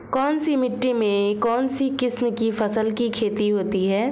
कौनसी मिट्टी में कौनसी किस्म की फसल की खेती होती है?